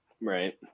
Right